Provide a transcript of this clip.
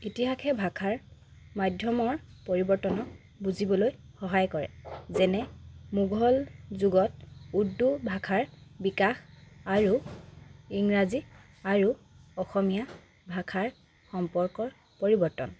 ইতিহাসে ভাষাৰ মাধ্যমৰ পৰিৱৰ্তন বুজিবলৈ সহায় কৰে যেনে মোগল যুগত উৰ্দু ভাষাৰ বিকাশ আৰু ইংৰাজী আৰু অসমীয়া ভাষাৰ সম্পৰ্কৰ পৰিৱৰ্তন